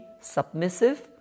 submissive